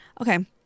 Okay